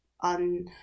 on